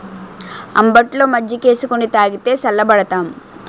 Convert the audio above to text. అంబట్లో మజ్జికేసుకొని తాగితే సల్లబడతాం